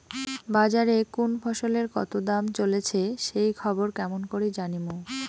বাজারে কুন ফসলের কতো দাম চলেসে সেই খবর কেমন করি জানীমু?